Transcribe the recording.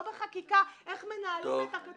ולא בחקיקה איך לנהל את הקטסטרופה הזאת.